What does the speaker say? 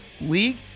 league